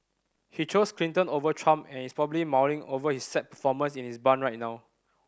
he chose Clinton over Trump and is probably mulling over his sad performance in his barn right now